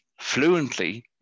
fluently